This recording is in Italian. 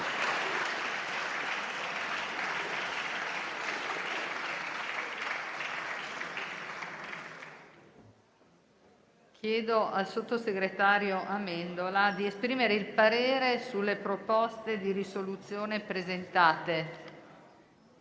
Chiedo al sottosegretario Amendola di esprimere il parere sulle proposte di risoluzione presentate.